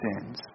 sins